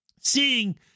seeing